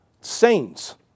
saints